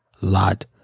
lot